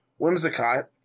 Whimsicott